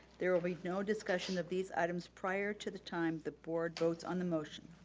there will be no discussion of these items prior to the time the board votes on the motion.